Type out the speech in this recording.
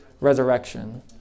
resurrection